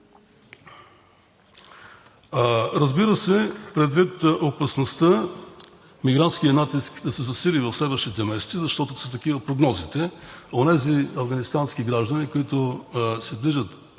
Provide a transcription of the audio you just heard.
Разбира се, предвид опасността мигрантският натиск ще се засили в следващите месеци, защото са такива прогнозите, онези афганистански граждани, които се движат